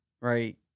right